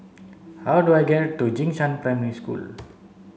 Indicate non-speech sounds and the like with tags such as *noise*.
how do I get to Jing Shan Primary School *noise*